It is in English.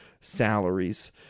salaries